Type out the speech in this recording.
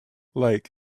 like